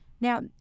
now